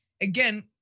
again